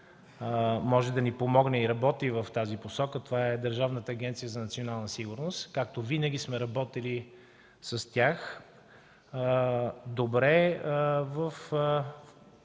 може да ни помогне и работи в тази посока – това е Държавната агенция за национална сигурност. Както винаги с тях сме работили добре –